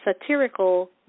satirical